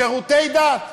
שירותי דת.